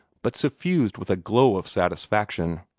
but suffused with a glow of satisfaction.